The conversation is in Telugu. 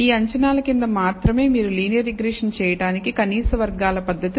ఈ అంచనాల క్రింద మాత్రమే మీరు లీనియర్ రిగ్రెషన్ చేయడానికి కనీస వర్గాల పద్ధతి